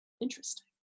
Interesting